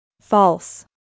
False